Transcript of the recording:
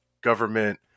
government